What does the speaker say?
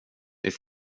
det